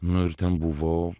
nu ir ten buvo